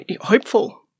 hopeful